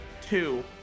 Two